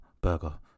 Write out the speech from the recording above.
burger